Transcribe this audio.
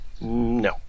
No